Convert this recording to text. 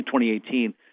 2018